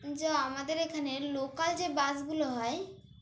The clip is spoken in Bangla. যে আমাদের এখানে লোকাল যে বাসগুলো হয়